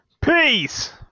Peace